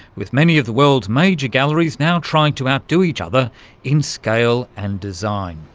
with many of the world's major galleries now trying to out-do each other in scale and design.